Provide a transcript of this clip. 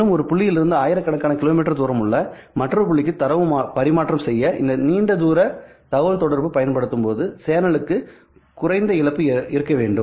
மேலும் ஒரு புள்ளியில் இருந்து ஆயிரக்கணக்கான கிலோமீட்டர் தூரமுள்ள மற்றொரு புள்ளிக்கு தரவு பரிமாற்றம் செய்ய இந்த நீண்ட தூர தகவல்தொடர்பு பயன்படுத்தும் போது சேனலுக்கு குறைந்த இழப்பு இருக்க வேண்டும்